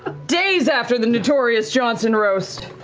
days after the notorious johnson roast,